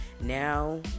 now